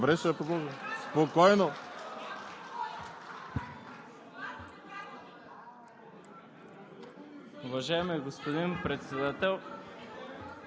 Добре, ще я подложа. Спокойно!